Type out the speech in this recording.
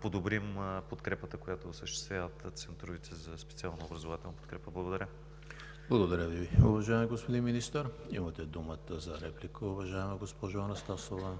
подобрим подкрепата, която осъществяват центровете за специална образователна подкрепа. Благодаря. ПРЕДСЕДАТЕЛ ЕМИЛ ХРИСТОВ: Благодаря Ви, уважаеми господин Министър. Имате думата за реплика, уважаема госпожо Анастасова.